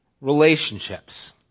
relationships